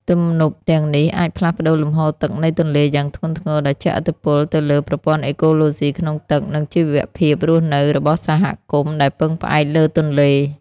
ទំនប់ទាំងនេះអាចផ្លាស់ប្តូរលំហូរទឹកនៃទន្លេយ៉ាងធ្ងន់ធ្ងរ ដែលជះឥទ្ធិពលទៅលើ ប្រព័ន្ធអេកូឡូស៊ីក្នុងទឹក និងជីវភាពរស់នៅរបស់សហគមន៍ដែលពឹងផ្អែកលើទន្លេ។